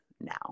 now